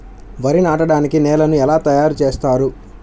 వరి నాటడానికి నేలను ఎలా తయారు చేస్తారు?